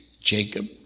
Jacob